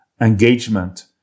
engagement